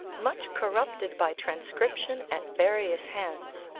much corrupted by transcription at various hands,